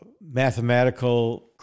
mathematical